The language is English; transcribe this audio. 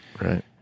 Right